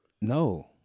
No